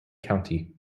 county